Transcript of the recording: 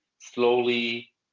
slowly